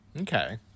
Okay